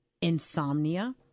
insomnia